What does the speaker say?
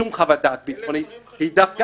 שום חוות דעת ביטחונית -- אלה דברים חשובים מאוד.